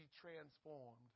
transformed